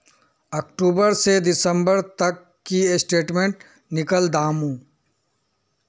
अक्टूबर से दिसंबर तक की स्टेटमेंट निकल दाहू?